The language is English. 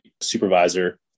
supervisor